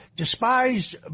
Despised